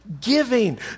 giving